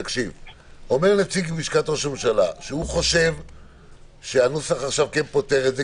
אומר נציג לשכת ראש הממשלה שהוא חושב שהנוסח עכשיו פותר את זה.